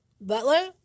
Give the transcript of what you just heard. butler